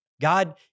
God